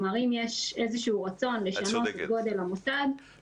אם יש איזשהו רצון לשנות את גודל המוסד --- את צודקת.